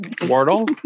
Wardle